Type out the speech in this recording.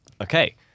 Okay